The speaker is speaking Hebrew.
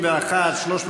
היושב-ראש, כן.